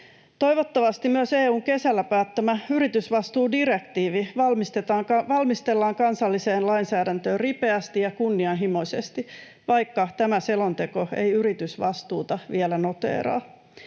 Toivottavasti myös EU:n kesällä päättämä yritysvastuudirektiivi valmistellaan kansalliseen lainsäädäntöön ripeästi ja kunnianhimoisesti, vaikka tämä selonteko ei yritysvastuuta vielä noteeraa.